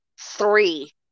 three